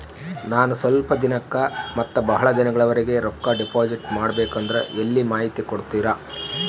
ನಾನು ಸ್ವಲ್ಪ ದಿನಕ್ಕ ಮತ್ತ ಬಹಳ ದಿನಗಳವರೆಗೆ ರೊಕ್ಕ ಡಿಪಾಸಿಟ್ ಮಾಡಬೇಕಂದ್ರ ಎಲ್ಲಿ ಮಾಹಿತಿ ಕೊಡ್ತೇರಾ?